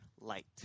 light